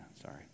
sorry